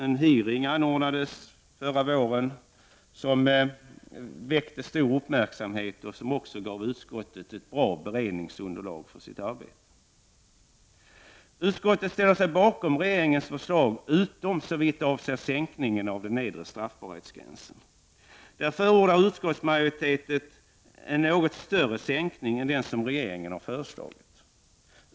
En hearing, som väckte stor uppmärksamhet och som gav utskottet ett bra beredningsunderlag för sitt arbete, anordnades förra våren. Utskottet ställer sig bakom regeringens förslag, utom såvitt avser sänkningen av den nedre straffbarhetsgränsen, där utskottsmajoriteten förordar en något större sänkning än den som regeringen har föreslagit.